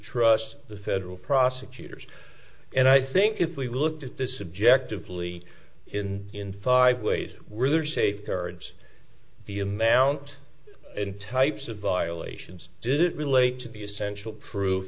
trust the federal prosecutors and i think if we looked at this subjectively in in five ways were there are safeguards the amount in types of violations didn't relate to the essential proof